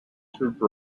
tube